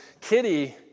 Kitty